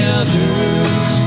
others